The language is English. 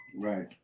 Right